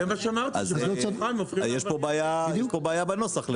אז יש פה בעיה בנוסח לדעתנו.